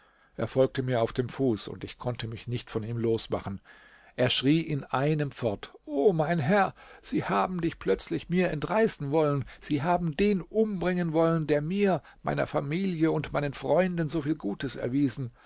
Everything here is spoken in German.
folgte mir auf dem fuß und ich konnte mich nicht von ihm los machen er schrie in einem fort o mein herr sie haben dich plötzlich mir entreißen wollen sie haben den umbringen wollen der mir meiner familie und meinen freunden so viel gutes erwiesen